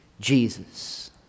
Jesus